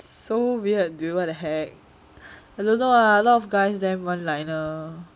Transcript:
so weird dude what the heck I don't know lah a lot of guys damn one liner